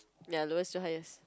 ya lowest to highest